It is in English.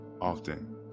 often